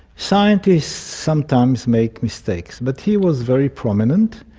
scientists sometimes make mistakes, but he was very prominent,